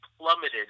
plummeted